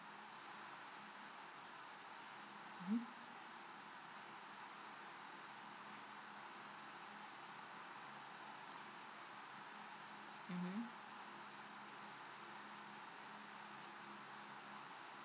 mm mmhmm